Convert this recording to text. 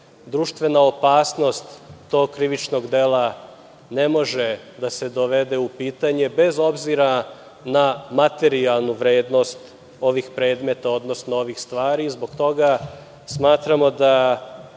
društvena opasnost tog krivičnog dela ne mogu da se dovedu u pitanje bez obzira na materijalnu vrednost ovih predmeta, odnosno ovih stvari. Zbog toga smatramo da